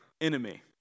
enemy